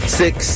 six